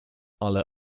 ale